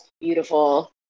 beautiful